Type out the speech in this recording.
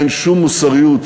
אין שום מוסריות